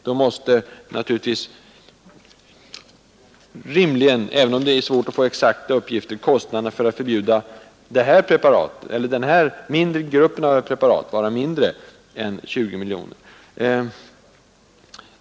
Då måste rimligen — även om det är svårt att få exakta uppgifter — kostnaderna för att förbjuda den här mindre gruppen av preparat vara mindre än 20 miljoner.